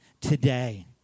today